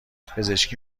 پزشکی